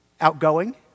outgoing